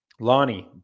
Lonnie